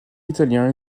italien